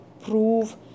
prove